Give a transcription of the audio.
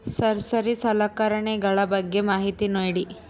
Nursery ಸಲಕರಣೆಗಳ ಬಗ್ಗೆ ಮಾಹಿತಿ ನೇಡಿ?